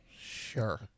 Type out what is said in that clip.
Sure